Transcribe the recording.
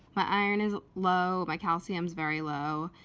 my iron is low, my calcium is very low,